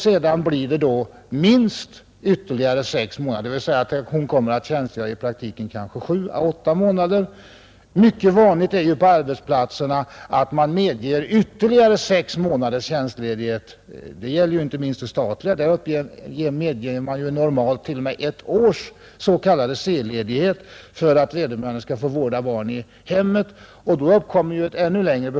Sedan stannar hon minst ytterligare 6 månader, och i praktiken kommer hon kanske att tjänstgöra 7 å 8 månader. Det är mycket vanligt på arbetsplatserna att ytterligare 6 månaders tjänstledighet medges. Detta gäller inte minst i statlig anställning — där medges ju normalt t.o.m. ett års s.k. C-ledighet för att vederbörande skall få vårda barn i hemmet. Då uppstår ju ett behov av arbetskraft för ännu längre tid.